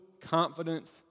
confidence